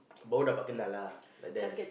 lah like that